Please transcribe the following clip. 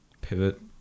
pivot